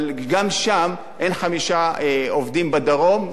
אבל גם שם אין חמישה עובדים בדרום,